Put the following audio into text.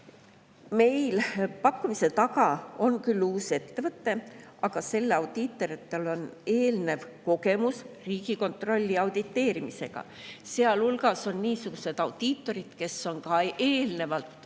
Selle pakkumise taga on küll uus ettevõte, aga selle audiitoritel on eelnev kogemus Riigikontrolli auditeerimisega. Teiste hulgas on ka niisugused audiitorid, kes on eelnevalt